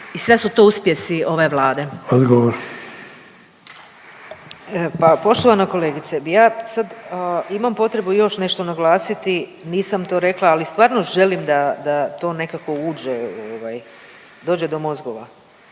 **Bedeković, Vesna (HDZ)** Pa poštovana kolegice, bi ja sad, imam potrebu još nešto naglasiti, nisam to rekla, ali stvarno želim da, da to nekako uđe ovaj, dođe do mozgova.